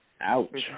ouch